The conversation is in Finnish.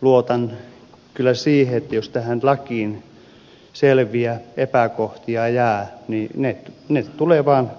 luotan kyllä siihen että jos tähän lakiin selviä epäkohtia jää niin ne